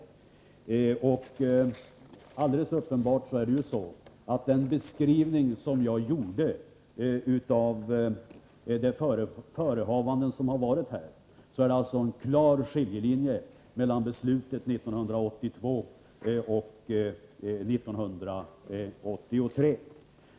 Alldeles uppenbart visar den beskrivning av olika förehavanden som jag här gjorde att det går en klar skiljelinje mellan beslutet 1982 och beslutet 1983.